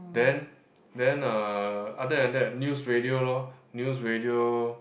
then then uh other than that news radio lor news radio